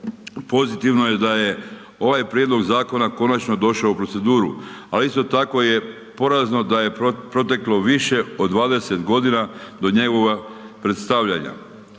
Pozitivno je da je ovaj prijedlog zakona konačno došao u proceduru, ali isto tako je porazno da je proteklo više od 20 godina do njegovoga predstavljanja.